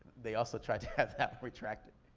they also tried to have that retracted,